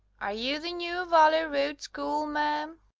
are you the new valley road schoolma'am?